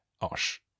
Osh